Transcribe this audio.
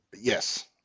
Yes